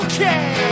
Okay